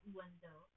window